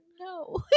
No